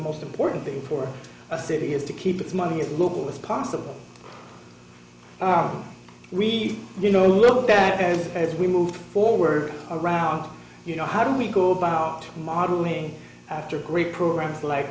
most important thing for a city is to keep its money as little as possible we you know we'll go back and as we move forward around you know how do we go about modeling after great programs like